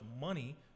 money